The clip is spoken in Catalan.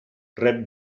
rep